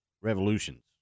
revolutions